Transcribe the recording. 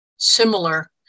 Similar